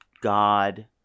god